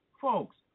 folks